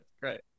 great